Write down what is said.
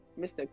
mr